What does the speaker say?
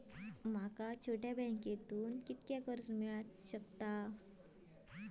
माका छोट्या बँकेतून किती कर्ज मिळात?